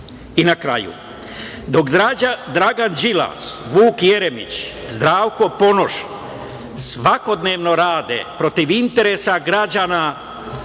na kraju, dok Dragan Đilas, Vuk Jeremić, Zdravko Ponoš svakodnevno rade protiv interesa građana